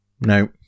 no